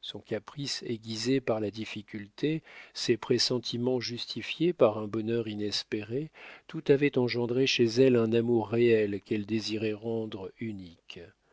son caprice aiguisé par la difficulté ses pressentiments justifiés par un bonheur inespéré tout avait engendré chez elle un amour réel qu'elle désirait rendre unique